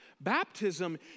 baptism